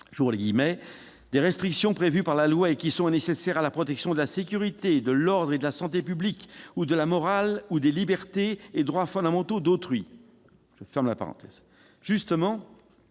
des « restrictions prévues par la loi et qui sont nécessaires à la protection de la sécurité, de l'ordre et de la santé publique, ou de la morale ou des libertés et droits fondamentaux d'autrui ». Justement, le